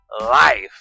life